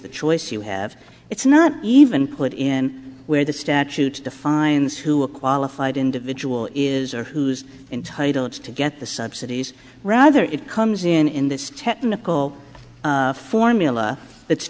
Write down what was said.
the choice you have it's not even clued in where the statute defines who a qualified individual is or whose entitle it's to get the subsidies rather it comes in in this technical formula it's